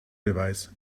beweis